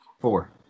Four